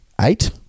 eight